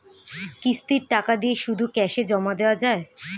কিস্তির টাকা দিয়ে শুধু ক্যাসে জমা দেওয়া যায়?